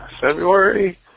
February